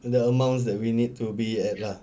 the amounts that we need to be at lah